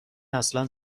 اصلا